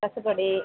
ரசப்பொடி